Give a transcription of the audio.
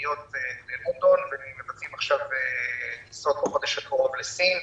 יומיות ומבצעים טיסות בחודש הקרוב לסין.